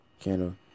candle